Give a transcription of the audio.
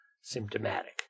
symptomatic